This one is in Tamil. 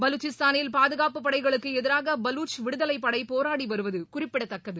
பலுச்சிஸ்தானில் பாதுகாப்பு படைகளுக்கு எதிராக பலுச் விடுதலை படை ஃபோராடி வருவது குறிப்பிடத்தக்கது